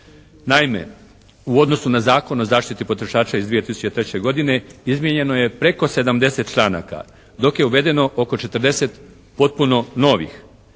Naime, u odnosu na Zakon o zaštiti potrošača iz 2003. godine izmijenjeno je preko 70 članaka. Dok je uvedeno oko 40 potpuno novih.